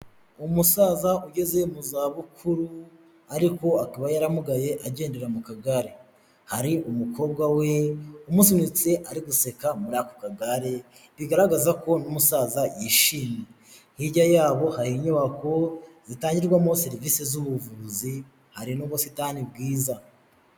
Umusaza ugeze mu zabukuru ariko akaba yaramugaye agendera mu kagare, hari umukobwa we umusunitse ari guseka muri ako kagare, bigaragaza ko uno musaza yishimye, hirya hari inyubako zitangirwamo serivisi z'ubuvuzi hari n'ubusitani bwiza.